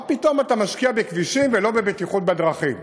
מה פתאום אתה משקיע בכבישים ולא בבטיחות בדרכים?